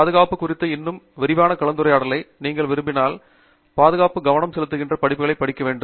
பாதுகாப்பு குறித்து இன்னும் விரிவான கலந்துரையாடலை நீங்கள் விரும்பினால் பாதுகாப்பில் கவனம் செலுத்துகின்ற படிப்புகளை படிக்க வேண்டும்